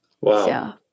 Wow